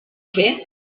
fer